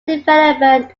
development